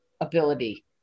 ability